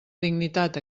dignitat